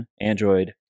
Android